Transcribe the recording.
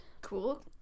Cool